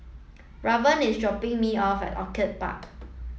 Raven is dropping me off at Orchid Park